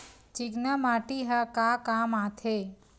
चिकना माटी ह का काम आथे?